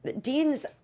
Dean's